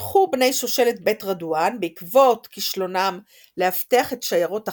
הודחו בני שושלת בית רד'ואן בעקבות כישלונם לאבטח את שיירות החג'